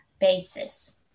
basis